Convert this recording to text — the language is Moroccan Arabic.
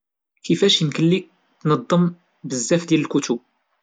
كيفاش يمكن ليك تنظم بزاف ديال الكتب؟